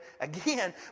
again